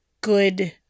good